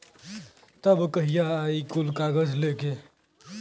तब कहिया आई कुल कागज़ लेके?